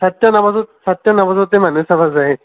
চাৰিটা নাবাজো চাৰিটা নাবাজোতে মানুহে চাব যায়